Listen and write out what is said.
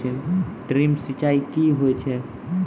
Drip सिंचाई कि होय छै?